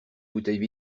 bouteille